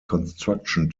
construction